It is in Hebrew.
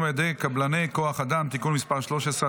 על ידי קבלני כוח אדם (תיקון מס' 13),